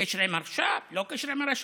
בקשר עם הרש"פ, לא בקשר עם הרש"פ.